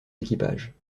équipages